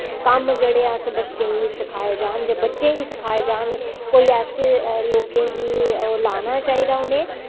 कम्म जेह्डे़ अस बच्चें गी सखाए जान जां बच्चें गी सिखाए जान कोई ऐसे लोकें गी लाना चाहिदा उ'नें